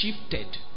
shifted